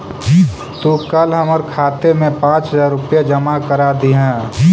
तू कल हमर खाते में पाँच हजार रुपए जमा करा दियह